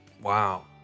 Wow